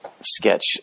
sketch